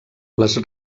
les